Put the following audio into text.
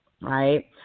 right